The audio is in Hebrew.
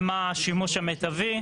השימוש המיטבי.